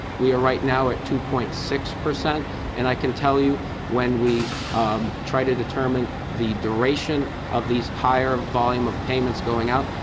we are right now at two point six. and i can tell you when we try to determine the duration of these higher volume of payments going out,